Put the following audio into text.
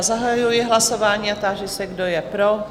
Zahajuji hlasování a táži se, kdo je pro?